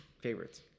favorites